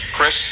Chris